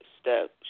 step